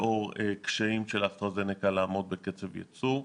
לאור קשיים של אסטרה זנקה לעמוד בקצב ייצור.